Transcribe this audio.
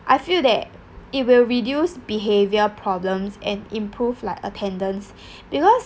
I feel that it will reduce behavior problems and improve like attendance because